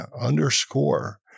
underscore